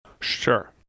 Sure